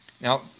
Now